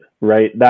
right